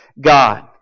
God